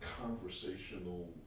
conversational